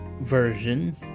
version